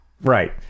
Right